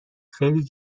خیلی